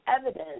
evidence